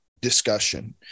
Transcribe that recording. discussion